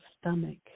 stomach